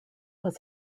was